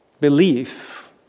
Belief